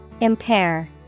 Impair